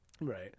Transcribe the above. Right